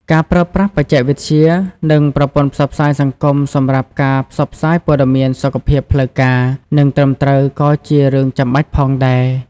ការប្រើប្រាស់បច្ចេកវិទ្យា និងប្រព័ន្ធផ្សព្វផ្សាយសង្គមសម្រាប់ការផ្សព្វផ្សាយព័ត៌មានសុខភាពផ្លូវការនិងត្រឹមត្រូវក៏ជារឿងចាំបាច់ផងដែរ។